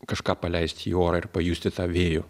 kažką paleisti į orą ir pajusti tą vėjo